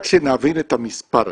רק שנבין את המספר הזה,